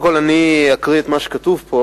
קודם כול אקריא את מה שכתוב פה,